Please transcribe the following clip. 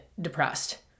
depressed